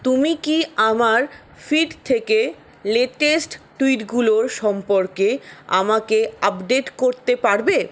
তুমি কি আমার ফিড থেকে লেটেস্ট টুইটগুলোর সম্পর্কে আমাকে আপডেট করতে পারবে